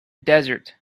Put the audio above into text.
desert